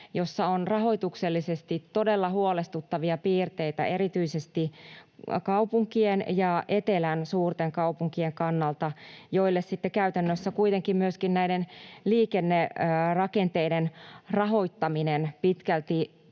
jossa on rahoituksellisesti todella huolestuttavia piirteitä erityisesti kaupunkien ja etelän suurten kaupunkien kannalta, joille sitten käytännössä kuitenkin myöskin näiden liikennerakenteiden rahoittaminen pitkälti